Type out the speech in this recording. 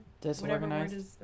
Disorganized